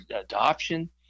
adoption